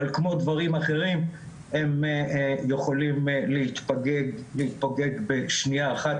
אבל כמו דברים אחרים הם יכולים להתפוגג בשנייה אחת,